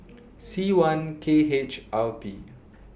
C one K H R P